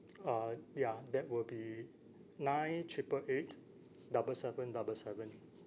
uh ya that will be nine triple eight double seven double seven